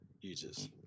users